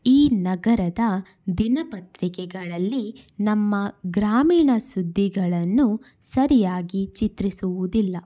ಈ ನಗರದ ದಿನಪತ್ರಿಕೆಗಳಲ್ಲಿ ನಮ್ಮ ಗ್ರಾಮೀಣ ಸುದ್ದಿಗಳನ್ನು ಸರಿಯಾಗಿ ಚಿತ್ರಿಸುವುದಿಲ್ಲ